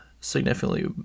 significantly